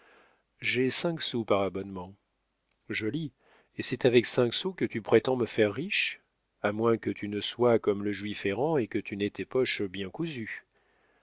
j'ai cinq sous par abonnement joli et c'est avec cinq sous que tu prétends me faire riche à moins que tu ne soyes comme le juif errant et que tu n'aies tes poches bien cousues